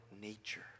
nature